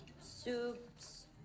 Soups